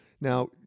Now